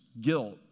guilt